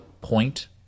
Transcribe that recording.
point